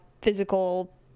physical